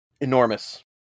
Enormous